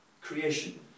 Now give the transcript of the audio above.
creation